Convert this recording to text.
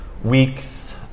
weeks